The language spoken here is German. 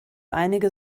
einige